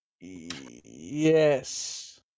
yes